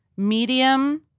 Medium